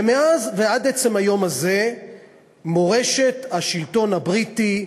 ומאז ועד עצם היום הזה מורשת השלטון הבריטי,